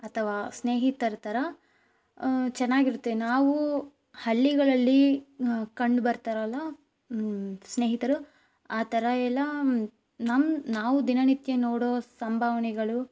ಅಥವಾ ಸ್ನೇಹಿತರು ಥರ ಚೆನ್ನಾಗಿರುತ್ತೆ ನಾವು ಹಳ್ಳಿಗಳಲ್ಲಿ ಕಂಡು ಬರ್ತಾರಲ್ಲ ಸ್ನೇಹಿತರು ಆ ಥರ ಎಲ್ಲ ನಮ್ಮ ನಾವು ದಿನನಿತ್ಯ ನೋಡುವ ಸಂಭಾವನೆಗಳು